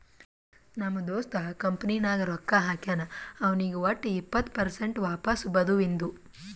ನಮ್ ದೋಸ್ತ ಕಂಪನಿ ನಾಗ್ ರೊಕ್ಕಾ ಹಾಕ್ಯಾನ್ ಅವ್ನಿಗ್ ವಟ್ ಇಪ್ಪತ್ ಪರ್ಸೆಂಟ್ ವಾಪಸ್ ಬದುವಿಂದು